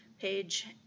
page